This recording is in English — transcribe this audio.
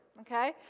okay